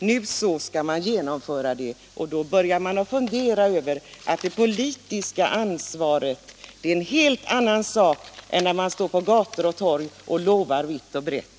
När man nu skall infria vallöftet börjar man komma underfund med att det politiska ansvaret är en helt annan sak än att stå på gator och torg och lova vitt och brett.